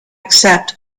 accept